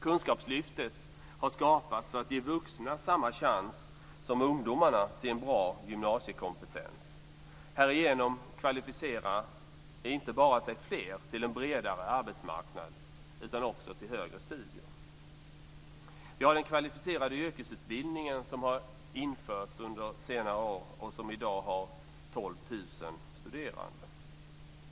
Kunskapslyftet har skapats för att ge vuxna samma chans som ungdomarna till en bra gymnasiekompetens. Härigenom kvalificerar sig inte bara fler till en bredare arbetsmarknad utan också till högre studier. Under senare år har den kvalificerade yrkesutbildningen införts. Den har i dag 12 000 studerande.